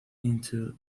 into